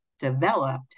developed